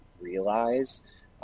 realize